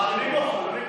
אני אגיד שני דברים.